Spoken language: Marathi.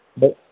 बर